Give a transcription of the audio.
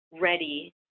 ready